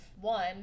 one